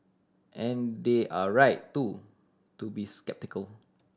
and they're right too to be sceptical